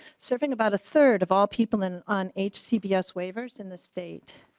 something about a third of all people in on h cbs waivers in the state.